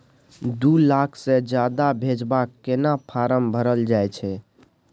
दू लाख से ज्यादा भेजबाक केना फारम भरल जाए छै?